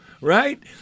right